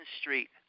Street